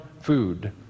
food